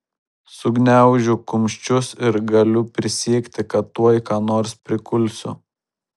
sugniaužiu kumščius ir galiu prisiekti kad tuoj ką nors prikulsiu